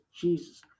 Jesus